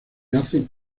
hacen